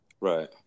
Right